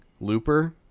Looper